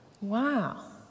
Wow